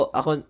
ako